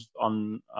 on